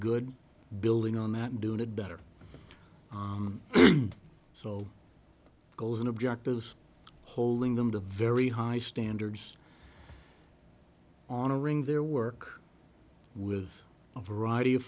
good building on that do it better so the goals and objectives holding them to very high standards honoring their work with a variety of